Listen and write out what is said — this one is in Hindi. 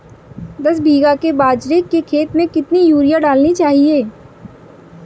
दस बीघा के बाजरे के खेत में कितनी यूरिया डालनी चाहिए?